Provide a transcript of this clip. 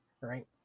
right